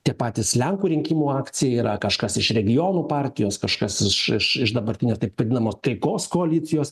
tie patys lenkų rinkimų akcija yra kažkas iš regionų partijos kažkas iš iš iš dabartinės taip vadinamos taikos koalicijos